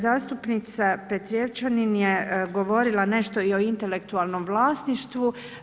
Zastupnica Petrijevčanin je govorila nešto i o intelektualnom vlasništvu.